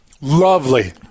Lovely